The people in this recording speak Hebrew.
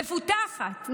מפותחת,